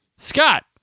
Scott